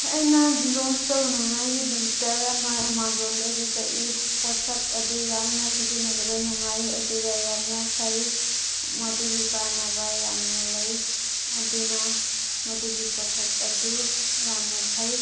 ꯑꯩꯅ ꯖꯦꯔꯣꯛꯁ ꯇꯧꯅꯤꯡꯉꯥꯏꯒꯤ ꯄ꯭ꯔꯤꯟꯇꯔ ꯑꯃ ꯑꯦꯃꯥꯖꯣꯟꯗꯒꯤ ꯀꯛꯏ ꯄꯣꯠꯁꯛ ꯑꯗꯨ ꯌꯥꯝꯅ ꯁꯤꯖꯤꯟꯅꯕꯗ ꯅꯨꯡꯉꯥꯏ ꯑꯗꯨꯒ ꯌꯥꯝꯅ ꯐꯩ ꯃꯗꯨꯒꯤ ꯀꯥꯟꯅꯕ ꯌꯥꯝꯅ ꯂꯩ ꯑꯗꯨꯅ ꯃꯗꯨꯒꯤ ꯄꯣꯠꯁꯛ ꯑꯗꯨ ꯌꯥꯝꯅ ꯐꯩ